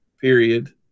period